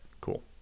cool